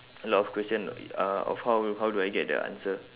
a lot of question uh of how how do I get the answer